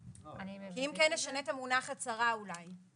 כי אם כן, נשנה את המונח "הצהרה" אולי.